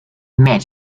met